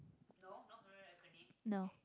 no